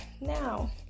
now